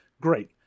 great